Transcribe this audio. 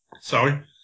Sorry